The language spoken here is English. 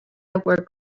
were